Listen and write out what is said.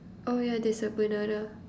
oh yeah there's a banana